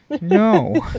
No